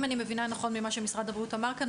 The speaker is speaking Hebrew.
אם אני מבינה נכון ממה שמשרד הבריאות אמר כאן,